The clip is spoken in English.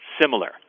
similar